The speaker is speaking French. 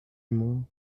mont